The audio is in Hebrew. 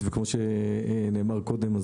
וכפי שנאמר קודם,